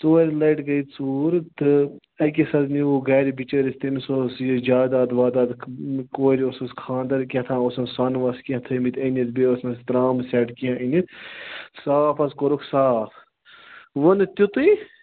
ژۄرِ لَٹہِ گٔے ژوٗر تہٕ اَکِس حظ نِوُکھ گَرِ بِچٲرِس تٔمِس اوس یہِ جاداد واداد کورِ اوسُس کھانَدر کیاتھانۍ ٲسِہَس سۄنوَس کیٚنٛہہ تھٲیمٕتۍ أنِتھ بیٚیہِ ٲسِس ترام سٮ۪ٹ کیٚنٛہہ أنِتھ صاف حظ کورُکھ صاف وۄنۍ نہٕ تِتُی